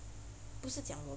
不是讲我